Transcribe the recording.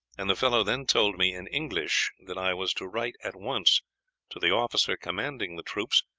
and the fellow then told me in english that i was to write at once to the officer commanding the troops,